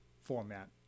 format